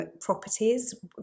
properties